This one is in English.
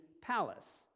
palace